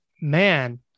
Man